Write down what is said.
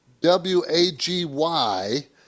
W-A-G-Y